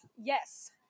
Yes